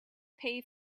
pay